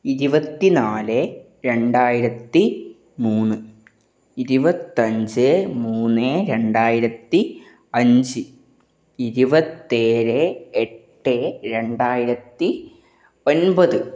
ഇരുപത്തി നാല് രണ്ടായിരത്തി മൂന്ന് ഇരുപത്തഞ്ച് മൂന്ന് രണ്ടായിരത്തി അഞ്ച് ഇരുപത്തേഴ് എട്ട് രണ്ടായിരത്തി ഒൻപത്